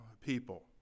people